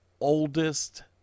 oldest